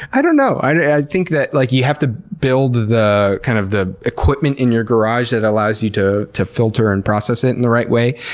i don't know. i think that, like, you have to build the kind of the equipment in your garage that allows you to to filter and process it in the right way,